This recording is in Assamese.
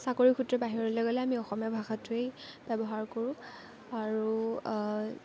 চাকৰিসূত্ৰে বাহিৰলে গ'লে আমি অসমীয়া ভাষাটোৱেই ব্যৱহাৰ কৰোঁ আৰু